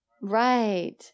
Right